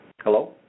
Hello